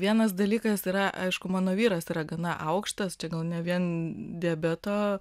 vienas dalykas yra aišku mano vyras yra gana aukštas čia gal ne vien diabeto